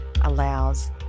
allows